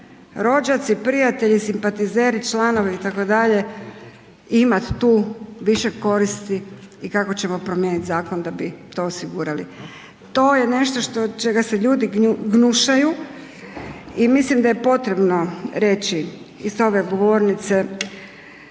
rođaci, prijatelji, simpatizeri članovi itd. imati tu više koristi i kako ćemo promijeniti zakon da bi to osigurali. To je nešto čega se ljudi gnušaju i mislim da je potrebno reći i s ove govornice